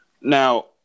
Now